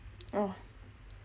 oh